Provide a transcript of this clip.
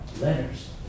Letters